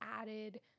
added